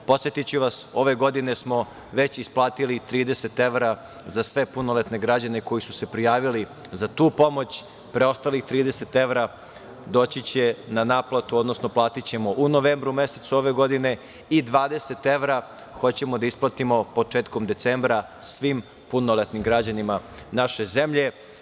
Podsetiću vas, ove godine smo već isplatili 30 evra za sve punoletne građane koji su se prijavili za tu pomoć, preostalih 30 evra doći će na naplatu, odnosno platićemo u novembru mesecu ove godine i 20 evra hoćemo da isplatimo početkom decembra svim punoletnim građanima naše zemlje.